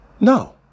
No